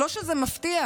לא שזה מפתיע,